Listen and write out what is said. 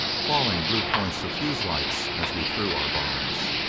falling blue points of fuse lights as we threw our bombs.